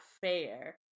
fair